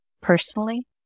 personally